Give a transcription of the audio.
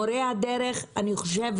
לגבי מורי הדרך, אני חושבת